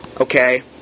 Okay